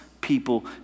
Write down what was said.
people